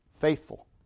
Faithful